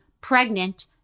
pregnant